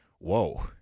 whoa